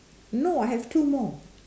no I have two more